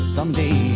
Someday